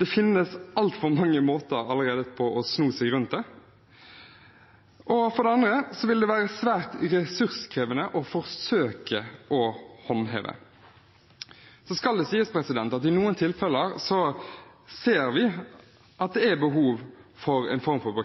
det finnes altfor mange måter allerede for å sno seg rundt det. For det andre vil det være svært ressurskrevende å forsøke å håndheve det. Det skal sies at i noen tilfeller ser vi at det er behov for en form for